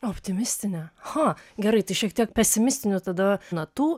optimistinė cha gerai tai šiek tiek pesimistinių tada natų